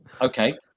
okay